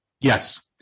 Yes